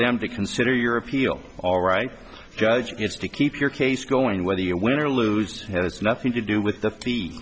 them to consider your appeal all right judge it's to keep your case going whether you win or lose has nothing to do with the